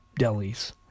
delis